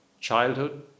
childhood